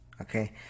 okay